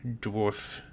dwarf